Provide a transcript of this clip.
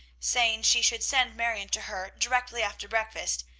saying she should send marion to her directly after breakfast,